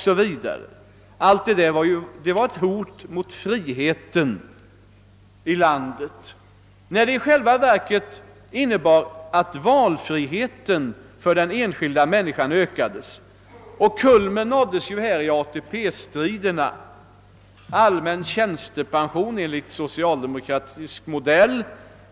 Sådana höjningar framställdes som ett hot mot friheten i landet, när de i själva verket innebar att valfriheten för den enskilda människan ökades. Kulmen nåddes i ATP-striderna — allmän tjänstepension enligt socialdemokratisk modell